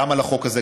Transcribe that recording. גם על החוק הזה,